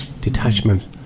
detachment